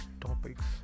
topics